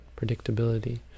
predictability